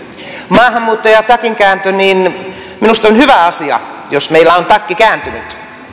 maahanmuutto ja takinkääntö minusta on hyvä asia jos meillä on takki kääntynyt